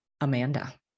Amanda